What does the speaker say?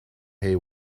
hay